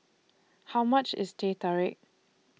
How much IS Teh Tarik